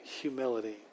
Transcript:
humility